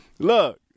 Look